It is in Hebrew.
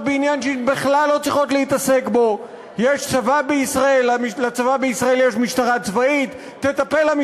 יהפכו לסניף של המשטרה הצבאית וגם הן יתעסקו,